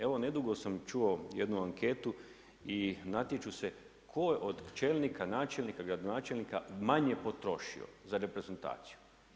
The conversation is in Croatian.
Evo nedugo sam čuo jednu anketu i natječu se tko od čelnika načelnika, gradonačelnika manje potrošio za reprezentaciju.